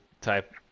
type